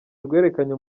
rwerekanye